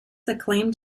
acclaimed